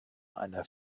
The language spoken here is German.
einer